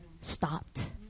stopped